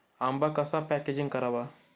आंबा कसा पॅकेजिंग करावा?